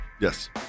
Yes